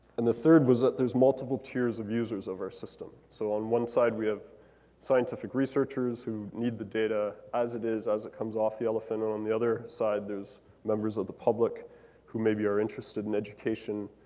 and the third was that there's multiple tiers of users of our system. so on one side, we have scientific researchers who need the data as it is, as it comes off the elephant. on on the other side, there's members of the public who maybe are interested in education